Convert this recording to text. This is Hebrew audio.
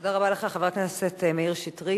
תודה רבה לך, חבר הכנסת מאיר שטרית.